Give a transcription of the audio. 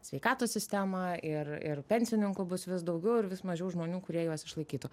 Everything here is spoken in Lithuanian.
sveikatos sistemą ir ir pensininkų bus vis daugiau ir vis mažiau žmonių kurie juos išlaikytų